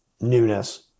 newness